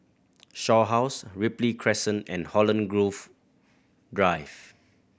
Shaw House Ripley Crescent and Holland Grove Drive